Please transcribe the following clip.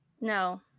no